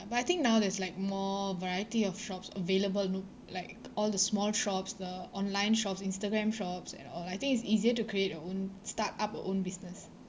but I think now there's like more variety of shops available you know like all the small shops the online shops instagram shops and all I think it's easier to create your own start up your own business